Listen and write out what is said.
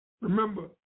Remember